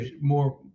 More